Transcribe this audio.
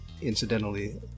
Incidentally